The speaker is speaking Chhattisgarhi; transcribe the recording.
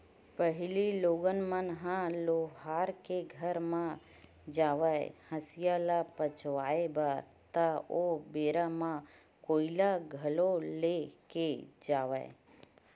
पहिली लोगन मन ह लोहार के घर म जावय हँसिया ल पचवाए बर ता ओ बेरा म कोइला घलोक ले के जावय